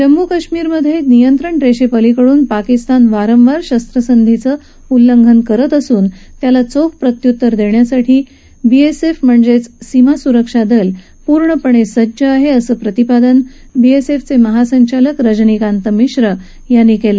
जम्मू काश्मिरमधे नियंत्रण रेषेपलिकडून पाकिस्तान वारंवार शस्त्रसंधीचं उल्लघनं करीत असून त्याला चोख प्रत्युत्तर देण्यासाठी बीएसएफ अर्थात सीमा सुरक्षा दल पूर्णपणे सज्ज आहे असं प्रतिपादन बीएसएफचे महासंचालक रजनीकांत मिश्रा यांनी केलं